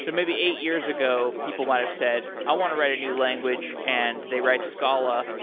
so maybe eight years ago, people might have said, i want to write a new language, and they write scala,